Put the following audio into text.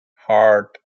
hart